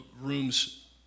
rooms